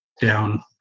down